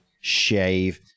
shave